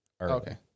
Okay